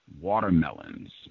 watermelons